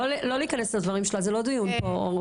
לא להיכנס לדברים שלה, זה לא דיון פה.